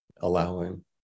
allowing